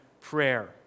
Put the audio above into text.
prayer